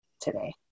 today